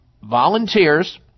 Volunteers